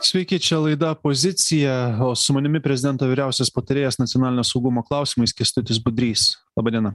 sveiki čia laida pozicija o su manimi prezidento vyriausias patarėjas nacionalinio saugumo klausimais kęstutis budrys laba diena